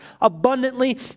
abundantly